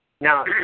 Now